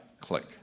click